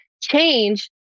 change